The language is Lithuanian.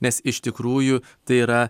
nes iš tikrųjų tai yra